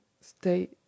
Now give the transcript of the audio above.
stay